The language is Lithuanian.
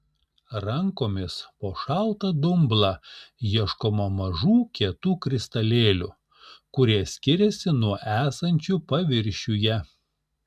rankomis po šaltą dumblą ieškoma mažų kietų kristalėlių kurie skiriasi nuo esančių paviršiuje